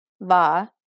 va